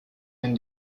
ein